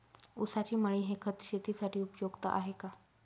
ऊसाची मळी हे खत शेतीसाठी उपयुक्त आहे का?